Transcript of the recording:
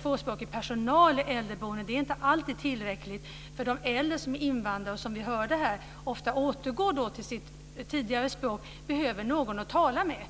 tvåspråkig personal i äldreboende. De äldre som är invandrare, som vi hörde här, återgår ofta till sitt tidigare språk. De behöver någon att tala med.